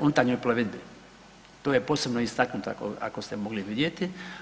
unutarnjoj plovidbi, to je posebno istaknuto ako ste mogli vidjeti.